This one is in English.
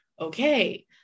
okay